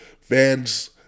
fans